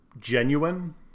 genuine